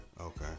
okay